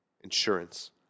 insurance